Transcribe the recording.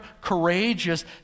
courageous